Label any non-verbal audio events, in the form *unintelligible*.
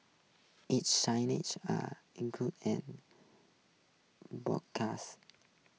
its *unintelligible* are include and broadcast